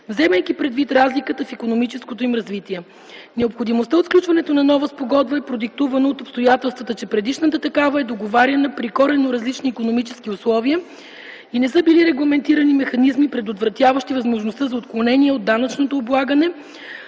вземайки предвид разликата в икономическото им развитие. Необходимостта от сключването на нова Спогодба е продиктувана от обстоятелствата, че предишната такава е договаряна при коренно различни икономически условия и не са били регламентирани механизми, предотвратяващи възможността за отклонение от данъчното облагане,